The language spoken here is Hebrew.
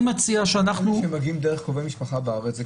פניות שמגיעות דרך קרובי משפחה בארץ,